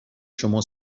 شما